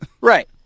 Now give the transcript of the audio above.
Right